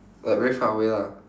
like very far away lah